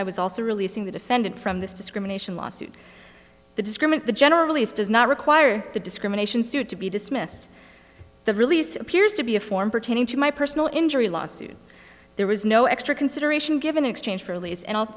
i was also releasing the defendant from this discrimination lawsuit to discriminate the generally is does not require the discrimination suit to be dismissed the release appears to be a form pertaining to my personal injury lawsuit there was no extra consideration given to exchange for a lease and i'll